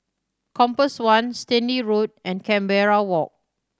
Compass One Stanley Road and Canberra Walk